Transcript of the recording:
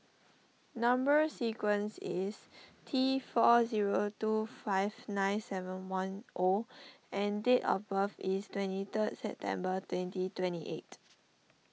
Number Sequence is T four zero two five nine seven one O and date of birth is twenty third September twenty twenty eight